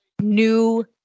new